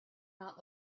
not